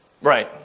Right